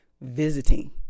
Visiting